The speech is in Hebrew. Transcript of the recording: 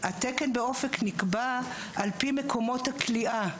באופק נקבע על פי מקומות הכליאה.